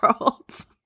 Worlds